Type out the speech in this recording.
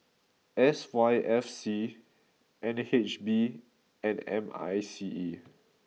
S Y F C N H B and M I C E